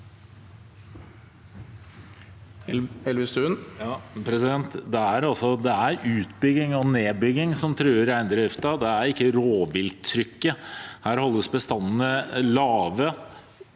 Det er utbygging og nedbygging som truer reindriften, ikke rovvilttrykket. Her holdes bestandene lave